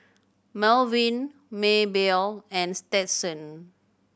Baldwin Maybell and Stetson